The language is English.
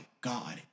God